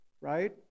right